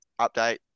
update